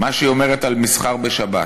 מה שהיא אומרת על מסחר בשבת: